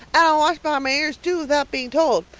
and i'll wash behind my ears too, without being told.